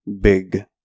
big